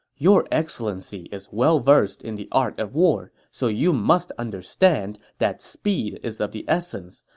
your excellency is well-versed in the art of war, so you must understand that speed is of the essence.